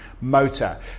motor